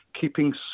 keeping